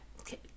okay